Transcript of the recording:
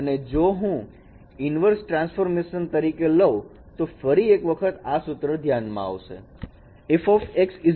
અને જો હું ઈનવર્ષ ટ્રાન્સફોર્મ તરીકે લવ તો ફરી એક વખત આ સૂત્ર ધ્યાનમાં આવશે